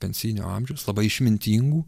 pensijinio amžiaus labai išmintingų